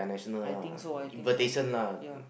I think so I think so ya